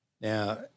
Now